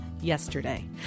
yesterday